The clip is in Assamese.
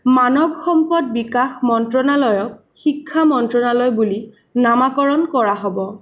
মানৱ সম্পদ বিকাশ মন্ত্ৰণালয়ক শিক্ষা মন্ত্ৰণালয় বুলি নামাকৰণ কৰা হ'ব